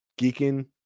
Geeking